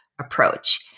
approach